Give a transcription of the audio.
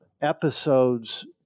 episodes